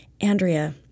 Andrea